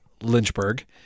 Lynchburg